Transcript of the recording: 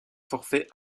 forfait